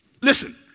Listen